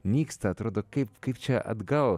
nyksta atrodo kaip kaip čia atgal